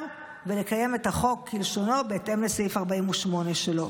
ולקיים את החוק כלשונו בהתאם לסעיף 48 שלו.